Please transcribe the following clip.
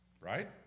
right